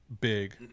big